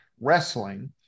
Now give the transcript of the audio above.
wrestling